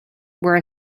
were